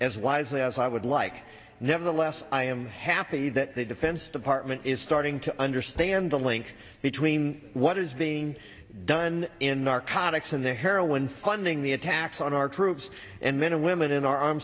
as wisely as i would like nevertheless i am happy that the defense department is starting to understand the link between what is being done in narcotics and the heroin funding the attacks on our troops and men and women in our armed